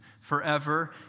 forever